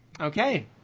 Okay